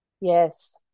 Yes